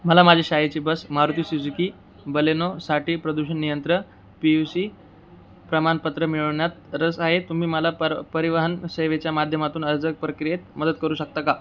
मला माझी शाळेची बस मारुती सुजुकी बलेनोसाठी प्रदूषण नियंत्रण पी यू सी प्रमाणपत्र मिळवण्यात रस आहे तुम्ही मला पर परिवहन सेवेच्या माध्यमातून अर्ज प्रक्रियेत मदत करू शकता का